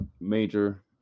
major